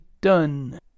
done